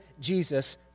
Jesus